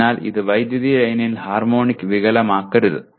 അതിനാൽ ഇത് വൈദ്യുതി ലൈനിൽ ഹാർമോണിക് വികലമാക്കരുത്